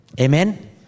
Amen